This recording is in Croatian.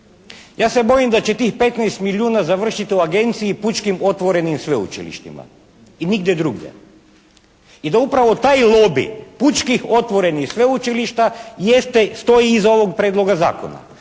Ja se bojim da će tih 15 milijuna završiti u Agenciji pučkim otvorenim sveučilištima i nigdje drugdje i da upravo taj lobij pučkih otvorenih sveučilišta jeste, stoji iza ovog prijedloga zakona,